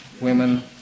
women